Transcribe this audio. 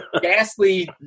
ghastly